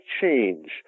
change